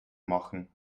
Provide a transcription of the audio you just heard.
machen